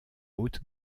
haute